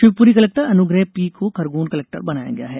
Shivpuri collector Anugrah P को Khargone collector बनाया गया है